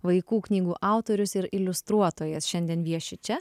vaikų knygų autorius ir iliustruotojas šiandien vieši čia